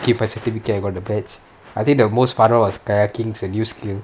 for certificate I got the badge I think the most fun was kayaking it's a new skill